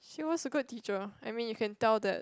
she was a good teacher I mean you can tell that